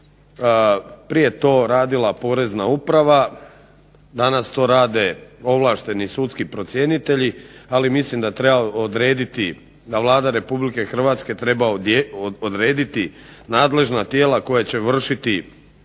Prije je to radila porezna uprava, danas to rade ovlašteni sudski procjenitelji ali mislim da Vlada Republike Hrvatske treba odrediti nadležna tijela koja će vršiti